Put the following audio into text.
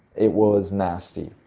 it was nasty.